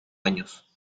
años